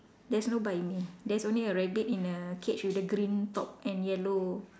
there's no buy me there's only a rabbit in a cage with the green top and yellow